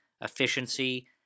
efficiency